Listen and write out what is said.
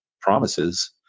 promises